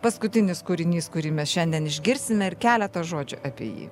paskutinis kūrinys kurį mes šiandien išgirsime ir keletą žodžių apie jį